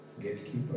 gatekeeper